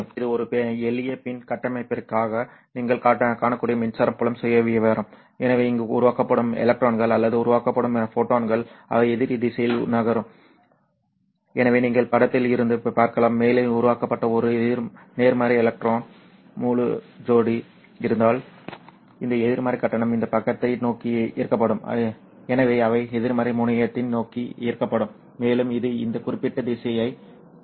எனவே இது ஒரு எளிய PIN கட்டமைப்பிற்காக நீங்கள் காணக்கூடிய மின்சார புலம் சுயவிவரம் எனவே இங்கு உருவாக்கப்படும் எலக்ட்ரான்கள் அல்லது உருவாக்கப்படும் ஃபோட்டான்கள் அவை எதிர் திசையில் நகரும் எனவே நீங்கள் படத்தில் இருந்து பார்க்கலாம் மேலே உருவாக்கப்பட்ட ஒரு நேர்மறை எலக்ட்ரான் முழு ஜோடி இருந்தால் இந்த நேர்மறை கட்டணம் இந்த பக்கத்தை நோக்கி ஈர்க்கப்படும் எனவே அவை எதிர்மறை முனையத்தை நோக்கி ஈர்க்கப்படும் மேலும் இது இந்த குறிப்பிட்ட திசையை எடுக்கும்